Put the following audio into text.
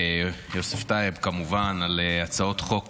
יוסף טייב, כמובן, על הצעות חוק